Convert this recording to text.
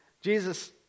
Jesus